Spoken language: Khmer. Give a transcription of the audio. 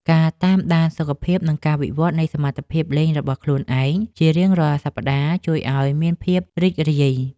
ការតាមដានសុខភាព និងការវិវត្តនៃសមត្ថភាពលេងរបស់ខ្លួនឯងជារៀងរាល់សប្តាហ៍ ជួយឱ្យមានភាពរីករាយ។